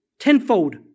tenfold